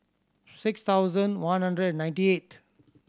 six thousand one hundred and ninety eight